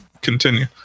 continue